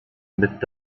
mit